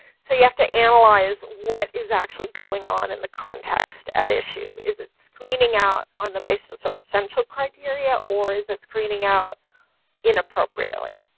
so you have to analyze what is actually going on in the context at issue is it screening out on the basis of essential criteria, or is it screening out inappropriately?